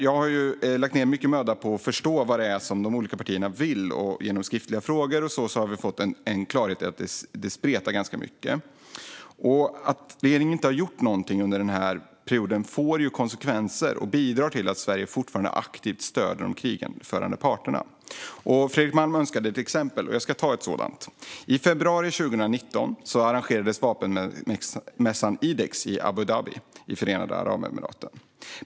Jag har lagt ned mycket möda på att förstå vad det är de olika partierna vill, och genom skriftliga frågor och liknande har vi fått klarhet i att det spretar ganska mycket. Att regeringen inte har gjort något under perioden får konsekvenser och bidrar till att Sverige fortfarande aktivt stöder de krigförande parterna. Fredrik Malm önskade ett exempel, och jag ska ta ett sådant. I februari 2019 arrangerades vapenmässan IDEX i Abu Dhabi i Förenade Arabemiraten.